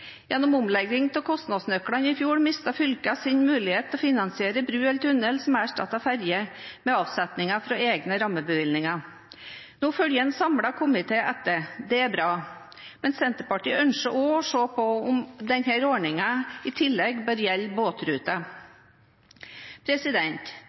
Gjennom omlegging av kostnadsnøklene i fjor mistet fylkene sine muligheter til å finansiere bru eller tunnel som erstattet ferje, med avsetning fra egne rammebevilgninger. Nå følger en samlet komité etter. Det er bra, men Senterpartiet ønsker å se på om denne ordningen i tillegg bør gjelde